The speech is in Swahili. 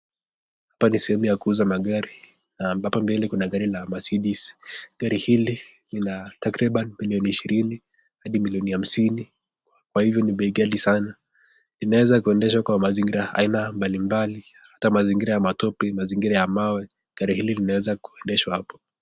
Hapa ni sehemu ya kuuza magari hapa mbele kuna gari la Maceedez, gari hili ni la takriban millioni ishirini hadi millioni hamsini , hizo ni bei ghali sana. Inaweza kuendeshwa kwa mazingira aina mbalimbali, ata mazingira ya matope, mazingira ya mawe. Gari hili linaweza kuendeshwa hapo.